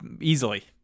easily